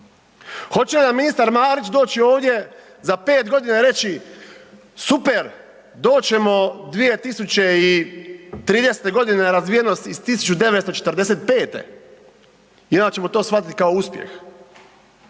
Hoće li nam ministar Marić doći ovdje za 5 g. i reći super, doći ćemo 2030. na razvijenost iz 1945. i onda ćemo to shvatiti kao uspjeh?